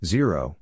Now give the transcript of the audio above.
Zero